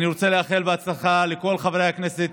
אני רוצה לאחל הצלחה לכל חברי הכנסת